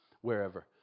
wherever